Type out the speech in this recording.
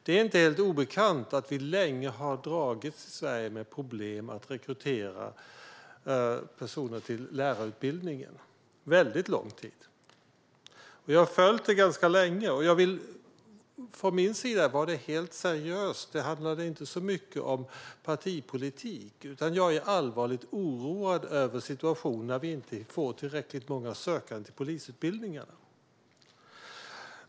Det är inte helt obekant att vi här i Sverige länge har dragits med problem att rekrytera personer till lärarutbildningen. Det har varit så under lång tid. Från min sida var det helt seriöst. Det handlade inte så mycket om partipolitik, utan jag är allvarligt oroad över en situation där vi inte får tillräckligt många sökande till polisutbildningen.